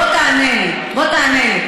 בוא תענה לי.